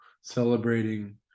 celebrating